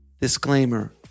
Disclaimer